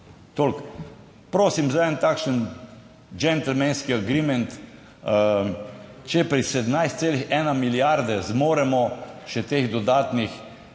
Prosim za en takšen gentlemanski agreement. Če pri 17,1 milijarde zmoremo še teh dodatnih